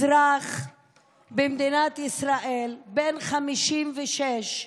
אזרח במדינת ישראל, בן 56,